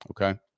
Okay